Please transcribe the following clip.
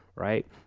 Right